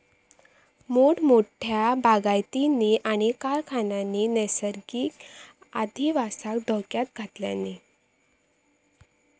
मोठमोठ्या बागायतींनी आणि कारखान्यांनी नैसर्गिक अधिवासाक धोक्यात घातल्यानी